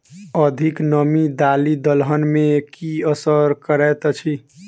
अधिक नामी दालि दलहन मे की असर करैत अछि?